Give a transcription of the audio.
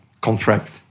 contract